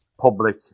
public